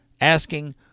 asking